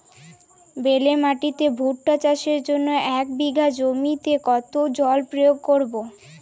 বেলে মাটিতে ভুট্টা চাষের জন্য এক বিঘা জমিতে কতো জল প্রয়োগ করব?